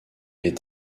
est